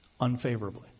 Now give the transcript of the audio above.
unfavorably